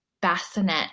bassinet